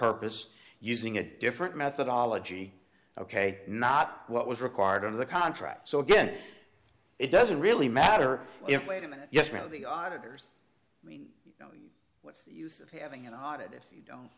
purpose using a different methodology ok not what was required of the contract so again it doesn't really matter if wait a minute yes now the auditors what's the use of having an audit if you don't